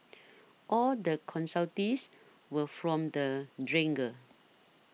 all the consultees were from the dredger